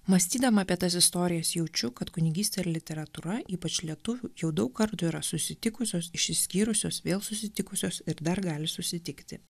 mąstydama apie tas istorijas jaučiu kad kunigystė ir literatūra ypač lietuvių jau daug kartų yra susitikusios išsiskyrusios vėl susitikusios ir dar gali susitikti